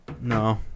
No